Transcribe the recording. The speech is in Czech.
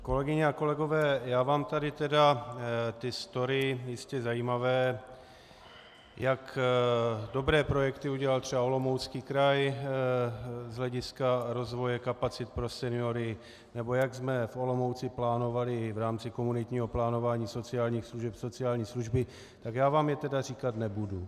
Kolegyně a kolegové, já vám tady tedy ty story, jistě zajímavé, jak dobré projekty udělal třeba Olomoucký kraj z hlediska rozvoje kapacit pro seniory nebo jak jsme v Olomouci plánovali v rámci komunitního plánování sociálních služeb sociální služby, tak já vám je tedy říkat nebudu.